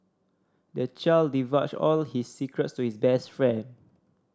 the child divulged all his secrets to his best friend